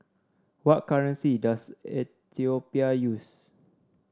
what currency does Ethiopia use